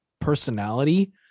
personality